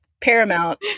Paramount